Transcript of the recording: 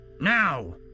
Now